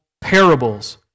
Parables